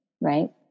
right